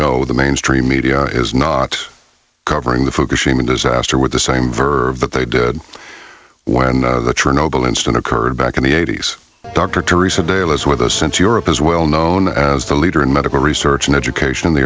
know the mainstream media is not covering the fukushima disaster with the same verb that they did when the true noble incident occurred back in the eighty's dr theresa dale is with us and europe is well known as the leader in medical research and education in the